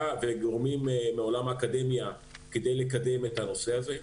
וגורמים מעולם האקדמיה כדי לקדם את הנושא הזה.